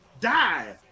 die